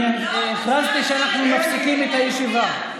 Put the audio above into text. אני הכרזתי שאנחנו מפסיקים את הישיבה.